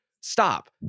Stop